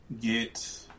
get